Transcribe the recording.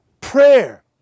prayer